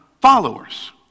followers